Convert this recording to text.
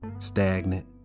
Stagnant